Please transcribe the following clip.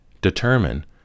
determine